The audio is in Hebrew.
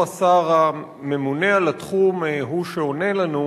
השר הממונה על התחום הוא שעונה לנו,